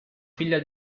figlia